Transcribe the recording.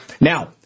Now